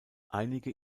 einige